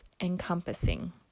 encompassing